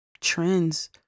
trends